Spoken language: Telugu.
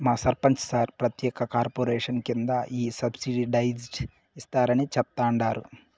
మా సర్పంచ్ సార్ ప్రత్యేక కార్పొరేషన్ కింద ఈ సబ్సిడైజ్డ్ ఇస్తారని చెప్తండారు